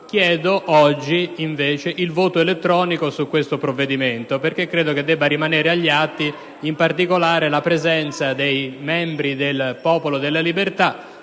chiedo il voto elettronico su questo provvedimento, perché ritengo che debba rimanere agli atti, in particolare, la presenza dei membri del Gruppo del Popolo della Libertà,